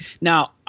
Now